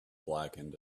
blackened